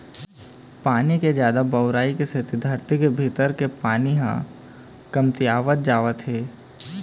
पानी के जादा बउरई के सेती धरती के भीतरी के पानी ह कमतियावत जावत हे